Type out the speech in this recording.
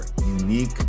unique